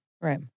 Right